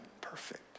perfect